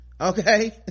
Okay